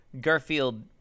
Garfield